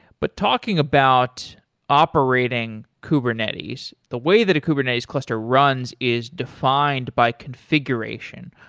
but talking about operating kubernetes, the way that a kubernetes cluster runs is defined by configuration.